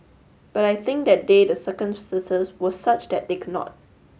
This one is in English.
but I think that day the circumstances were such that they could not